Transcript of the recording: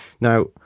Now